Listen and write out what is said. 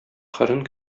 кырын